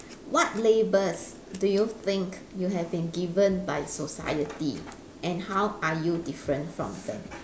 what labels do you think you have been given by society and how are you different from them